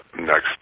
next